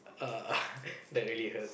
uh that really hurt